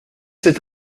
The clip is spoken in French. cet